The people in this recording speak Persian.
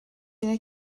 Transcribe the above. اینه